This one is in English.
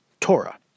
Torah